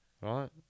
right